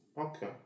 Okay